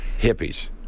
hippies